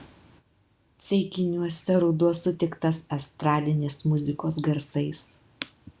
ceikiniuose ruduo sutiktas estradinės muzikos garsais